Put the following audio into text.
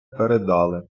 передали